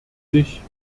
sich